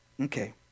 Okay